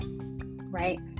right